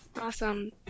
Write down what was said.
Awesome